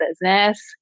business